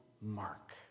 Mark